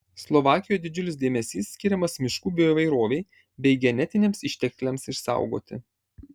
slovakijoje didžiulis dėmesys skiriamas miškų bioįvairovei bei genetiniams ištekliams išsaugoti